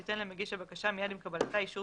תיתן למגיש הבקשה מיד עם קבלתה אישור